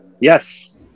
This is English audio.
Yes